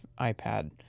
iPad